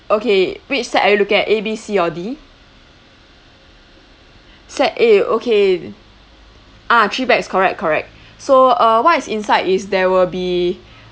okay which set are you looking at A B C or D set A okay ah three pax correct correct so uh what is inside is there will be